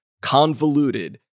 convoluted